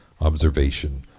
observation